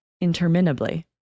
interminably